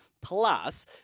Plus